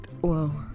whoa